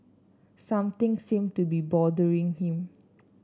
something seem to be bothering him